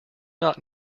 not